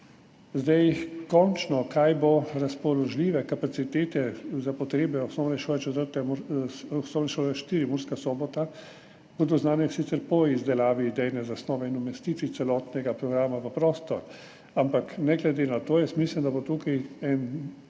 Kaj bo na koncu, razpoložljive kapacitete za potrebe Osnovne šole IV Murska Sobota bodo znane sicer po izdelavi idejne zasnove in umestitvi celotnega programa v prostor, ampak ne glede na to jaz mislim, da bo tukaj